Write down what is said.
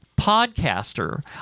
podcaster